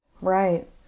Right